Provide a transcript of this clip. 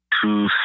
two